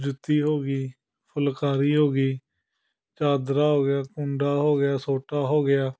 ਜੁੱਤੀ ਹੋ ਗਈ ਫੁੱਲਕਾਰੀ ਹੋ ਗਈ ਚਾਦਰਾ ਹੋ ਗਿਆ ਕੁੰਡਾ ਹੋ ਗਿਆ ਸੋਟਾ ਹੋ ਗਿਆ